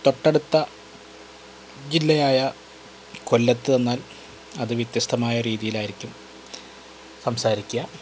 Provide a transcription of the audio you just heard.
തൊട്ടടുത്ത ജില്ലയായ കൊല്ലത്ത് ചെന്നാൽ അത് വിത്യസ്തവമായ രീതിയിലായിരിക്കും സംസാരിക്കുക